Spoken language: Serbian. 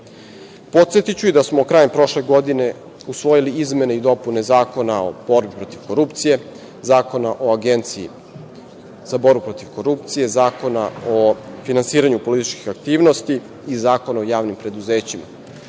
vreme. Podsetiću i da smo krajem prošle godine usvojili izmene i dopune Zakona o borbi protiv korupcije, Zakona o Agenciji za borbu protiv korupcije, Zakona o finansiranju političkih aktivnosti i Zakona o javnim preduzećima. Usvajanjem